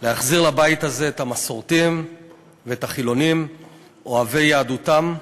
להחזיר לבית הזה את המסורתיים ואת החילונים אוהבי יהדותם,